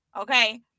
okay